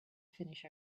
finish